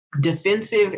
defensive